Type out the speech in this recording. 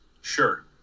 Sure